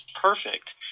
perfect